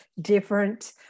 different